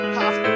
half